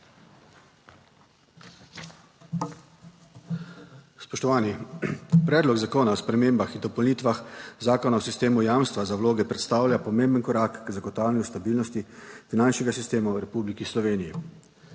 Spoštovani. Predlog zakona o spremembah in dopolnitvah Zakona o sistemu jamstva za vloge predstavlja pomemben korak k zagotavljanju stabilnosti finančnega sistema v Republiki Sloveniji.